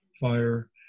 fire